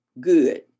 Good